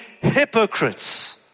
hypocrites